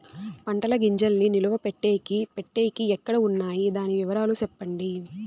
పంటల గింజల్ని నిలువ పెట్టేకి పెట్టేకి ఎక్కడ వున్నాయి? దాని వివరాలు సెప్పండి?